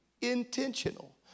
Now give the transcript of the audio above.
intentional